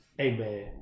amen